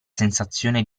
sensazione